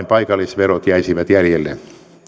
paikallisverot jäisivät jäljelle